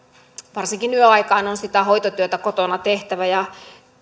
varsinkin yöaikaan on sitä hoitotyötä kotona tehtävä